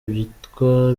bitwa